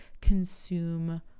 consume